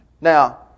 Now